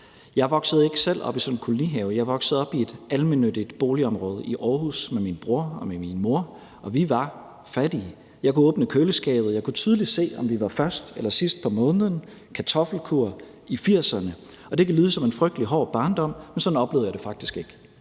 Jeg voksede ikke selv op i sådan en kolonihave. Jeg voksede op i et almennyttigt boligområde i Aarhus med min bror og min mor, og vi var fattige. Jeg kunne åbne køleskabet. Jeg kunne tydeligt se, om vi var først eller sidst på måneden – det var kartoffelkuren i 1980'erne. Det kan lyde som en frygtelig hård barndom, men sådan oplevede jeg det faktisk ikke.